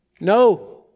no